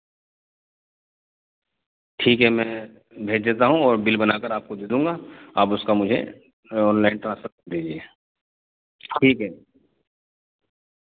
ٹھیک ہے میں بھیج دیتا ہوں اور بل بنا کر آپ کو دے دوں گا آپ اس کا مجھے آنلائن ٹرانسفر کر دیجیے ٹھیک ہے